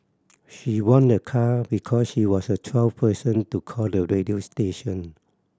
she won a car because she was the twelfth person to call the radio station